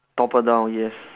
topple down yes